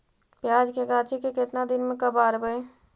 प्याज के गाछि के केतना दिन में कबाड़बै?